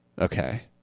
Okay